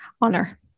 honor